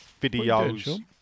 videos